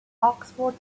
oxford